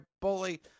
Bully